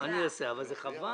מה אני אעשה, אבל זה חבל.